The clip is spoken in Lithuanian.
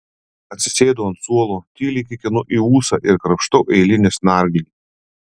atsisėdu ant suolo tyliai kikenu į ūsą ir krapštau eilinį snarglį